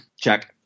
check